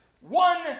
one